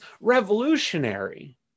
revolutionary